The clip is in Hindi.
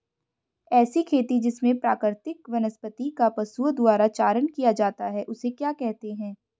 ऐसी खेती जिसमें प्राकृतिक वनस्पति का पशुओं द्वारा चारण किया जाता है उसे क्या कहते हैं?